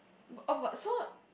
oh but so